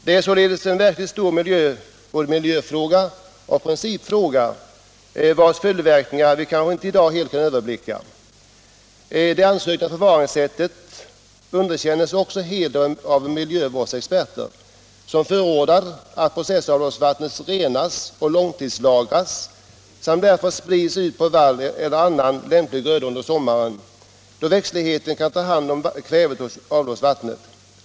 Detta är således en verkligt stor miljöoch principfråga, vars följdverkningar vi kanske inte i dag kan helt överblicka. Det ansökta förfaringssättet underkännes helt av miljövårdsexperter, som förordar att processavloppsvattnet renas och långtidslagras samt därefter sprids ut på vall eller annan lämplig gröda under sommaren, då växtligheten kan ta hand om kvävet hos avloppsvattnet.